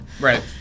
Right